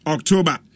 October